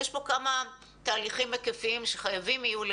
יש פה כמה תהליכים היקפיים שחייבים יהיו,